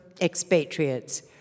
expatriates